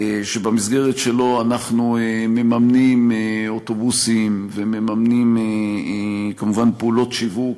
ובמסגרת שלו אנחנו מממנים אוטובוסים ומממנים כמובן פעולות שיווק